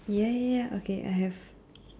ya ya okay I have